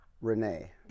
Renee